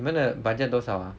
你们的 budget 多少 ah